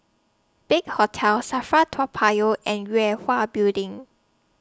Big Hotel SAFRA Toa Payoh and Yue Hwa Building